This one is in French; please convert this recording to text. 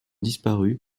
disparu